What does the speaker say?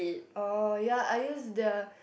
oh ya I use the